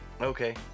Okay